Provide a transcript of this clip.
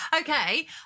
Okay